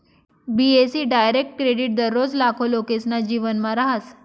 बी.ए.सी direct credit दररोज लाखो लोकेसना जीवनमा रहास